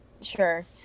Sure